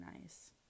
nice